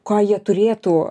ką jie turėtų